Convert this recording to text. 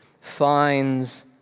finds